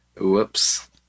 Whoops